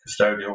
custodial